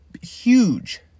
huge